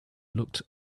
looked